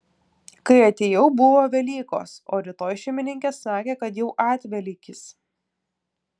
kai atėjau buvo velykos o rytoj šeimininkė sakė kad jau atvelykis